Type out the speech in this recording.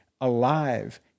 alive